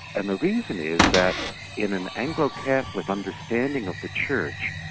and the reason is that in an anglo-catholic understanding of the church,